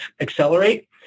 accelerate